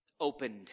opened